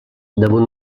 damunt